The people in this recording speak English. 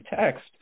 text